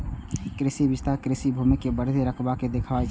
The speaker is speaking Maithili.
कृषि विस्तार कृषि भूमि के बढ़ैत रकबा के देखाबै छै